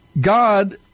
God